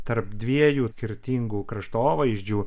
tarp dviejų skirtingų kraštovaizdžių